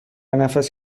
نفس